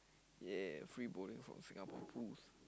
yeah free bowling from Singapore-Pools